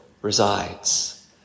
resides